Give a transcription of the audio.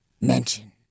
mention